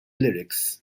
lyrics